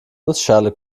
nussschale